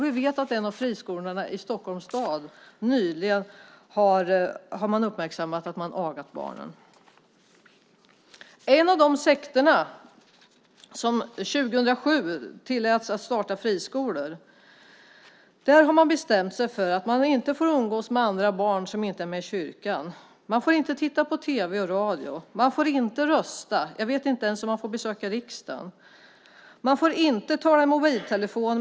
Vi vet att det nyligen har uppmärksammats att man har agat barnen i en av friskolorna i Stockholms stad. I en av de sekter som 2007 tilläts att starta friskolor har man bestämt sig för att man inte får umgås med barn som inte är med i kyrkan. Man får inte titta på tv och lyssna på radio. Man får inte rösta. Jag vet inte ens om man får besöka riksdagen. Man får inte tala i mobiltelefon.